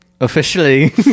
officially